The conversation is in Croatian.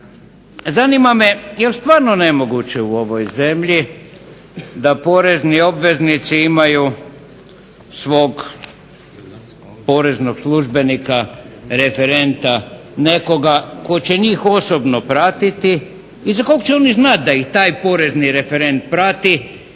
Zanima me jel stvarno nemoguće u ovoj zemlji da porezni obveznici imaju svog poreznog službenika, referenta, nekoga tko će njih osobno pratiti i za kog će oni znati da ih taj porezni referent prati